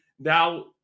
Now